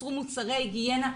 חסרו מוצרי היגיינה,